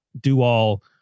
do-all